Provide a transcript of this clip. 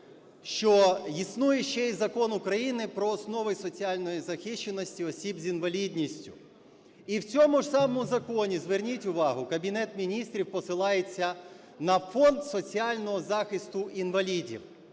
що існує ще і Закон України про основи соціальної захищеності осіб з інвалідністю. І в цьому ж самому законі, зверніть увагу, Кабінет Міністрів посилається на Фонд соціального захисту інвалідів.